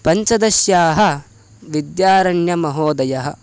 पञ्चदश्याः विद्यारण्यमहोदयः